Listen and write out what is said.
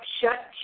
shut